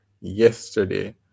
yesterday